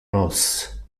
nos